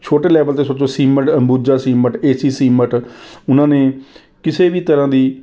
ਛੋਟੇ ਲੈਵਲ 'ਤੇ ਸੋਚੋ Ambuja cement A C C cement ਉਹਨਾਂ ਨੇ ਕਿਸੇ ਵੀ ਤਰ੍ਹਾਂ ਦੀ